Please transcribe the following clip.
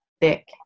thick